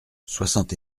soixante